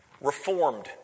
reformed